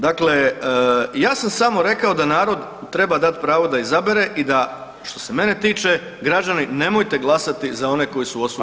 Dakle, ja sam samo rekao da narodu treba dati pravo da izabere i da što se mene tiče građani nemojte glasati za one koji su osuđeni.